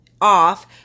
off